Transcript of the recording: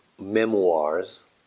memoirs